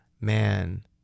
man